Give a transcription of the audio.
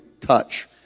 touch